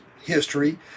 history